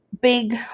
big